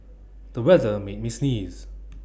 the weather made me sneeze